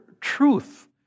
truth